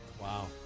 Wow